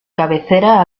cabecera